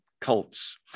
cults